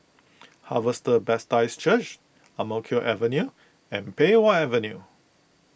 Harvester Baptist Church Ang Mo Kio Avenue and Pei Wah Avenue